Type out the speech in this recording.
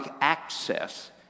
access